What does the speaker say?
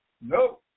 No